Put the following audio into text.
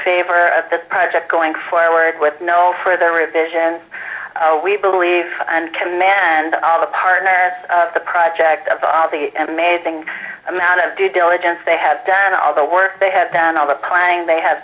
favor of this project going forward with no further evasions we believe and command all the partners of the project of all the amazing amount of due diligence they have done all the work they have done of applying they have